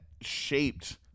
shaped